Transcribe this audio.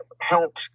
help